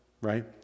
right